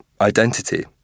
identity